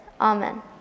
Amen